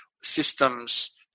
systems